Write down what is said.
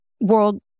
world